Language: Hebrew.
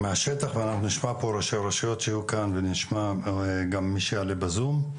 ואנחנו נשמע פה ראשי רשויות שהיו כאן ונשמע גם מי שיעלה בזום,